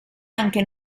anche